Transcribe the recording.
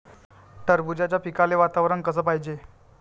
टरबूजाच्या पिकाले वातावरन कस पायजे?